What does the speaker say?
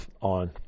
on